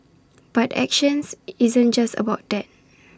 but action isn't just about that